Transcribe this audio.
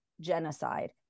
genocide